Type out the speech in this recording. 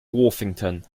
worthington